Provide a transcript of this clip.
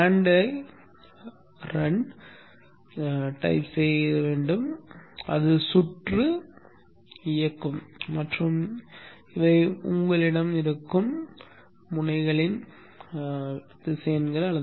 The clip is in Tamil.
கட்டளை run தட்டச்சு செய்க அது சுற்று இயக்கும் மற்றும் இவை உங்களிடம் இருக்கும் முனைகளின் திசையன்கள்